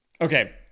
okay